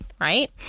Right